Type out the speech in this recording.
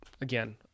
again